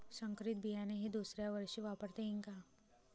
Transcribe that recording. संकरीत बियाणे हे दुसऱ्यावर्षी वापरता येईन का?